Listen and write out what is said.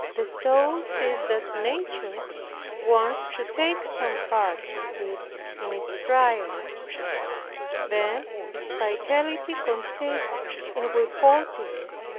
the soul sees that nature wants to take some part with it in its trials then its fidelity consists in withholding it,